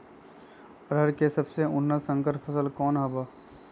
अरहर के सबसे उन्नत संकर फसल कौन हव?